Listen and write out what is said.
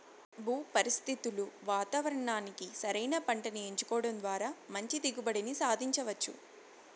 భూ పరిస్థితులు వాతావరణానికి సరైన పంటను ఎంచుకోవడం ద్వారా మంచి దిగుబడిని సాధించవచ్చు